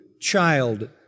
child